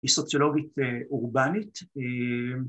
‫היא סוציולוגית, אה, אורבנית. אה...